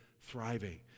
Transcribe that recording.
thriving